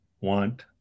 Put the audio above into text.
want